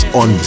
on